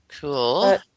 Cool